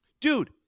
Dude